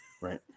Right